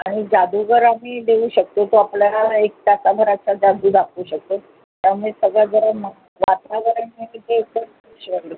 आणि जादूगार आम्ही देऊ शकतो तो आपला एक तासाभराचा जादू दाखवू शकतो त्यामुळे सगळं जरा वातावरण तिथे एकदम खुश राहील